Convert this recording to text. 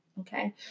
Okay